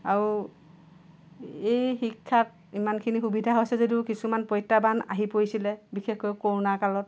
আৰু এই শিক্ষাত ইমানখিনি সুবিধা হৈছে যদিও কিছুমান প্ৰত্যাহ্বান আহি পৰিছিলে বিশেষকৈ কৰ'নাকালত